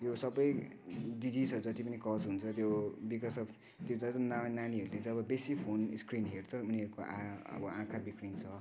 यो सबै डिजिसहरू जतिपनि कज हुन्छ त्यो बिकच अफ त्यो जति नानीहरूले बेसी फोन स्क्रिन हेर्छ उनीहरूको आँ अब आँखा बिग्रिन्छ